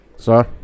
Sir